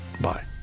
bye